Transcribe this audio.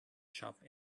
shop